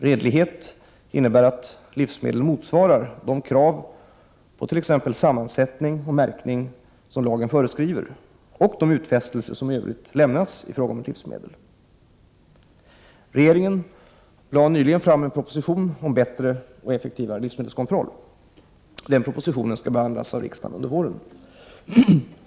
Redlighet innebär att livsmedel motsvarar de krav på t.ex. sammansättning och 65 märkning som lagen föreskriver samt de utfästelser som i övrigt lämnats i fråga om livsmedlet. Regeringen lade nyligen fram en proposition om bättre och effektivare livsmedelskontroll. Propositionen skall behandlas av riksdagen under våren.